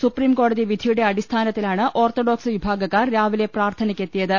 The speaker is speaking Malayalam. സുപ്രീംകോടതി വിധിയുടെ അടിസ്ഥാനത്തിലാണ് ഓർത്തഡോക്സ് വിഭാഗക്കാർ രാവിലെ പ്രാർത്ഥനക്കെത്തിയത്